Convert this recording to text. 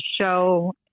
show